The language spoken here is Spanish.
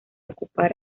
ocupar